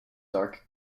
dark